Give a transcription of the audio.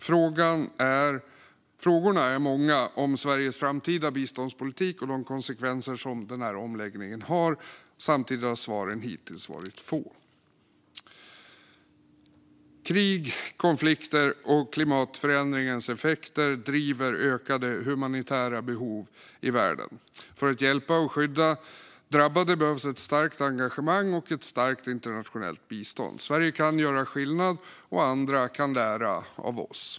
Frågorna är många om Sveriges framtida biståndspolitik och de konsekvenser som omläggningen får. Samtidigt har svaren hittills varit få. Krig, konflikter och klimatförändringens effekter driver ökade humanitära behov i världen. För att hjälpa och skydda drabbade behövs ett starkt engagemang och ett starkt internationellt bistånd. Sverige kan göra skillnad, och andra kan lära av oss.